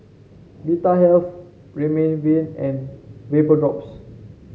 Vitahealth Remifemin and Vapodrops